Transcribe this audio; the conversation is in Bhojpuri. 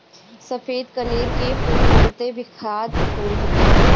सफ़ेद कनेर के फूल बहुते बिख्यात फूल हवे